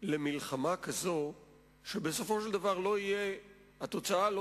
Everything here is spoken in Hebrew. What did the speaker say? למלחמה כזו שבסופו של דבר התוצאה לא